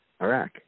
Iraq